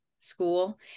School